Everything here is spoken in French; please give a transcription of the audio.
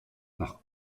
par